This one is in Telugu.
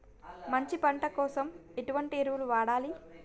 మంచి పంట కోసం ఎటువంటి ఎరువులు వాడాలి?